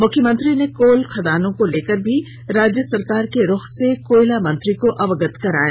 मुख्यमंत्री ने कोल खदानों को लेकर भी राज्य सरकार के रुख से कोयला मंत्री को अवगत कराया